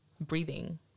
breathing